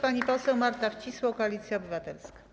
Pani poseł Marta Wcisło, Koalicja Obywatelska.